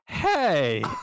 Hey